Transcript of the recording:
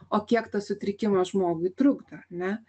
o kiek tas sutrikimas žmogui trukdo ar ne